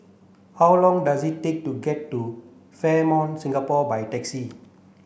how long does it take to get to Fairmont Singapore by taxi